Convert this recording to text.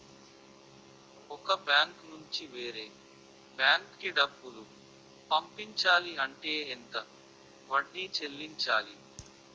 ఒక బ్యాంక్ నుంచి వేరే బ్యాంక్ కి డబ్బులు పంపించాలి అంటే ఎంత వడ్డీ చెల్లించాలి?